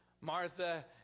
Martha